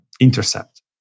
intercept